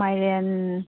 ꯃꯥꯏꯔꯦꯟ